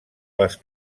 les